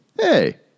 Hey